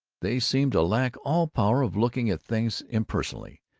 they seem to lack all power of looking at things impersonally.